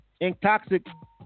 intoxic